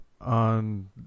on